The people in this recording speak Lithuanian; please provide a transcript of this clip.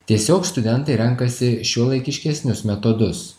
tiesiog studentai renkasi šiuolaikiškesnius metodus